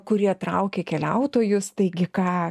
kurie traukia keliautojus taigi ką